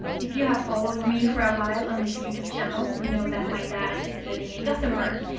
if you have followed me for a while on this youtube channel you know that my dad is living in gothenburg,